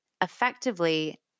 effectively